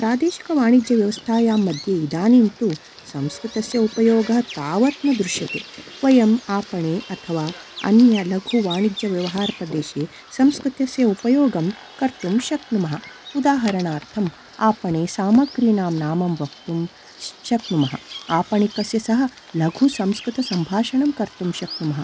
प्रादेशिकवाणिज्यव्यवस्थायां मध्ये इदानीं तु संस्कृतस्य उपयोगः तावत् न दृश्यते वयम् आपणे अथवा अन्य लघुवाणिज्यव्यवहारप्रदेशे संस्कृतस्य उपयोगं कर्तुं शक्नुमः उदाहरणार्थम् आपणे सामग्रीनां नाम वक्तुं शक्नुमः आपणिकस्य सह लघु संस्कृतसम्भाषणं कर्तुं शक्नुमः